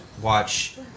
watch